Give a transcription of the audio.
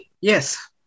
Yes